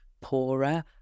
poorer